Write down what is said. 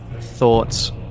thoughts